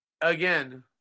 again